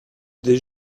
des